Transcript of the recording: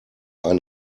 ein